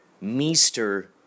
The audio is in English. Meester